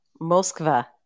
Moskva